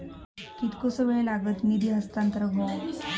कितकोसो वेळ लागत निधी हस्तांतरण हौक?